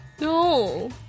No